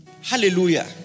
Hallelujah